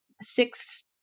six